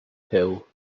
hill